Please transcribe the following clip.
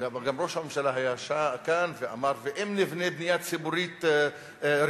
וגם ראש הממשלה היה כאן ואמר: ואם נבנה בנייה ציבורית רוויה,